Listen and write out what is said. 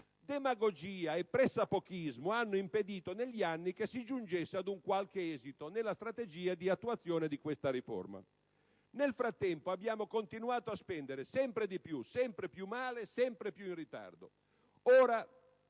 Demagogia e pressapochismo hanno impedito che negli anni si giungesse ad un qualche esito nella strategia di attuazione di tale riforma. Nel frattempo, abbiamo continuato a spendere sempre di più, sempre più male, sempre più in ritardo.